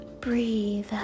breathe